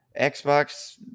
Xbox